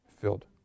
filled